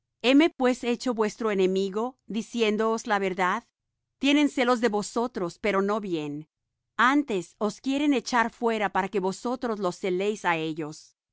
heme pues hecho vuestro enemigo diciéndoos la verdad tienen celos de vosotros pero no bien antes os quieren echar fuera para que vosotros los celéis á ellos